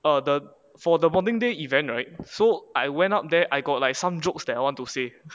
err the for the bonding day event right so I went up there I got like some jokes that I want to say